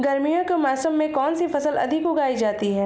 गर्मियों के मौसम में कौन सी फसल अधिक उगाई जाती है?